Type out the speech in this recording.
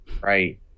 Right